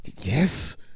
Yes